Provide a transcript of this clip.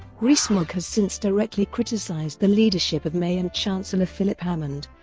rees-mogg has since directly criticised the leadership of may and chancellor philip hammond,